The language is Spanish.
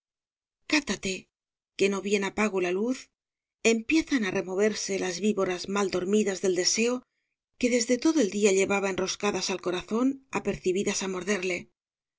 cátate que no bien apago la luz empiezan á removerse las víboras mal dormidas del deseo que desde todo el día llevaba enroscadas al corazón apercibidas á morderle